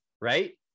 Right